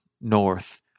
north